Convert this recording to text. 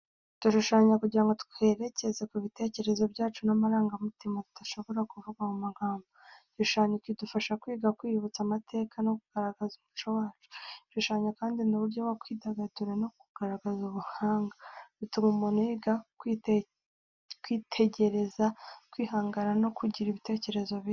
Dushushanya kugira ngo twerekeze ku bitekerezo byacu n’amarangamutima tutashobora kuvuga mu magambo. Igishushanyo kidufasha kwigisha, kwibutsa amateka, no kugaragaza umuco wacu. Ibishushanyo kandi ni uburyo bwo kwidagadura no kugaragaza ubuhanga. Bituma umuntu yiga kwitegereza, kwihangana no kugira ibitekerezo bishya.